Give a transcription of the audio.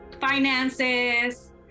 finances